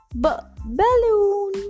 B-balloon